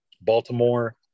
Baltimore